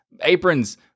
aprons